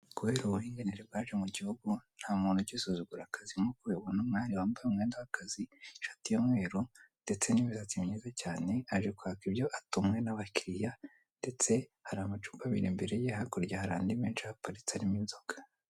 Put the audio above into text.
Kubera uburinganire bwaje mu gihugu nta muntu ugisuzugura akazi. Nk'uko ubibona umwari wambaye umwenda, ishati y'umweru, ndetse n'imisatsi myiza cyane ari kwaka ibyo atumwe n'abakiliya, ndetse hari amacupa abiri aparitse imbere ye hakurya hari andi ahaparitse arimo inzoga.